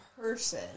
person